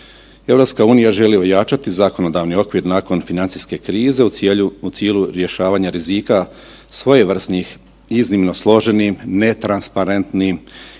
rastu. EU želi ojačati zakonodavni okvir nakon financijske krize u cilju rješavanja rizika svojevrsnih iznimno složenim netransparentnim